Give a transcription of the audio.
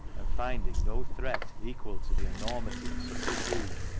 and finding no threat equal to the enormity of such a deed,